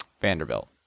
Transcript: Vanderbilt